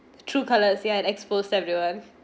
true colors yeah and expose everyone